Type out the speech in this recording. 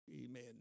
amen